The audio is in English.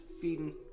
feeding